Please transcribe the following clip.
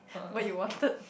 what you wanted